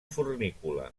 fornícula